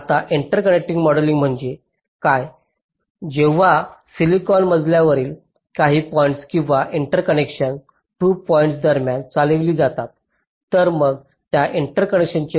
आता interconnect modelling म्हणजे काय जेव्हा सिलिकॉन मजल्यावरील काही पॉईंट्स किंवा इंटरकनेक्शन्स 2 पॉईंट्स दरम्यान चालविली जातात तर मग त्या इंटरकनेक्शन्सचे गुणधर्म काय आहेत